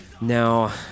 Now